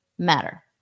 matter